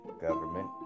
government